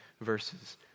verses